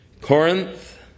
Corinth